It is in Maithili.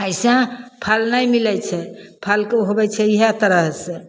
अइसे फल नहि मिलै छै फलके होबै छै इएह तरहसे